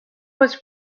was